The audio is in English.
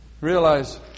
Realize